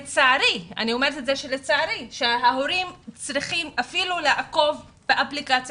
לצערי ההורים צריכים אפילו לעקוב באפליקציה